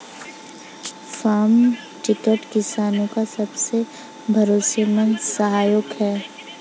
farm truck किसानो का सबसे भरोसेमंद सहायक है